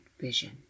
vision